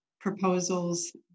proposals